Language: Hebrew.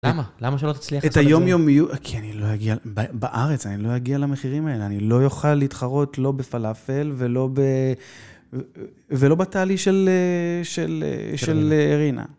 למה? למה שלא תצליח? את היום יומיום, כי אני לא אגיע, בארץ אני לא אגיע למחירים האלה, אני לא יוכל להתחרות לא בפלאפל ולא בתהליך של אירינה.